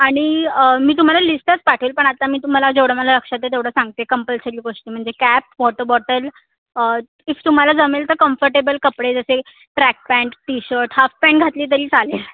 आणि मी तुम्हाला लिस्टच पाठवेल पण आता मी तुम्हाला जेवढं मला लक्षात आहे तेवढं सांगते कम्पल्सरी गोष्टी म्हणजे कॅप वॉटर बॉटल इफ तुम्हाला जमेल तर कम्फटेबल कपडे जसे track pant T shirt half pant घातली तरी चालेल